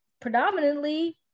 predominantly